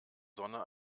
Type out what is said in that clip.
sonne